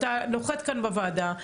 אתה נוחת כאן בוועדה,